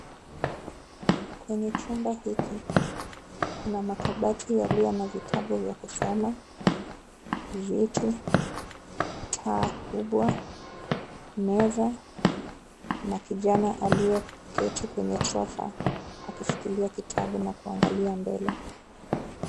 Kwenye chumba hiki kuna makabati yaliyo na vitabu vya kusoma, viti, taa kubwa, meza na kijana aliyeketi kwenye sofa akishikilia kitabu na kuangalia mbele.